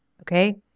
Okay